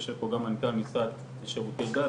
יושב פה גם המנכ"ל של המשרד לשירותי דת,